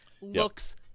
looks